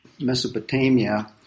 Mesopotamia